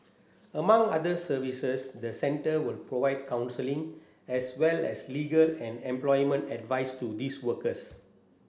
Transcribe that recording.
among other services the centre will provide counselling as well as legal and employment advice to these workers